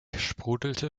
sprudelte